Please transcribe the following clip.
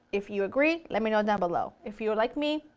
if you agree, let me know down below. if you are like me,